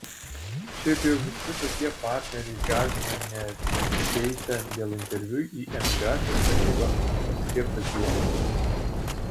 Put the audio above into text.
šiaip jau visi tokie partneriai gąsdina neateisią dėl interviu į emigracijos tarnybą paskirtą dieną